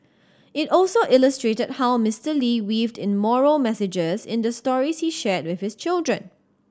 it also illustrated how Mister Lee weaved in moral messages in the stories he shared with his children